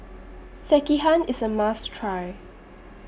Sekihan IS A must Try